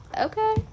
okay